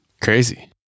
Crazy